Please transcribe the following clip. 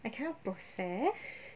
I cannot process